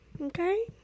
Okay